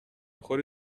خوری